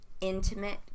intimate